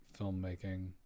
filmmaking